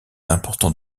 important